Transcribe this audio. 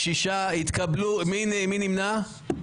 6 נגד.